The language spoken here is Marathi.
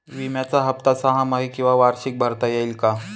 विम्याचा हफ्ता सहामाही किंवा वार्षिक भरता येईल का?